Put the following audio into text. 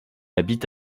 habite